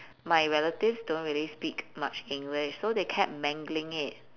my relatives don't really speak much english so they kept mangling it